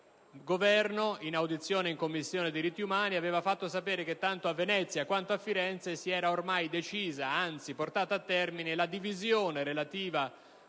nel corso dell'audizione in Commissione diritti umani, aveva fatto sapere che tanto a Venezia quanto a Firenze si era ormai decisa, anzi portata a termine, la divisione relativa